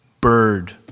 bird